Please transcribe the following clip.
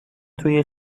توی